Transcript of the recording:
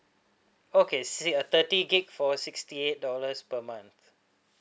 okay si~ uh thirty gig for sixty eight dollars per month